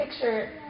picture